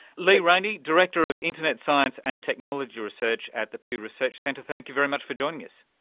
lee rainie, director of internet science and technology research at the pew research center, thank you very much for joining us.